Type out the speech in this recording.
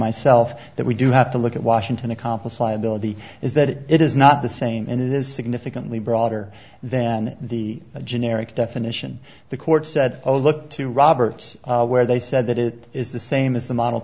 myself that we do have to look at washington accomplice liability is that it is not the same and it is significantly broader than the generic definition the court said oh look to roberts where they said that it is the same as the model